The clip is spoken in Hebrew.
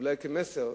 אולי כמסר,